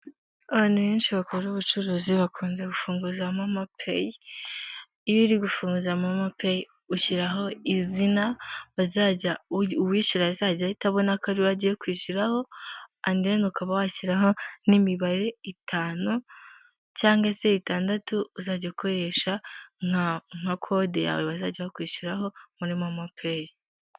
Abantu benshi bakora ubucuruzi, bakunze gufunguza momo payi, iyo uri gufunguza momo payi, ushyiraho izina, uwishyura azajya ahita abona ko ari wowe agiye kwishyuraho, andi deni, ukaba washyiraho n'imibare itanu, cyangwa se itandatu, uzajya ukoresha nka kode yawe, bazajya bakwishyuraho muri momo payi.